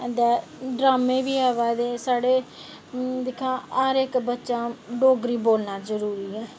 ड्रामें बी आवा दे दिक्खो आं साढ़े हर इक्क बच्चे तै डोगरी बोलना जरूरी ऐ